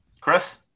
Chris